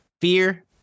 fear